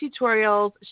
tutorials